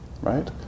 Right